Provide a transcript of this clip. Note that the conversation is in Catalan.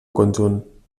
conjunt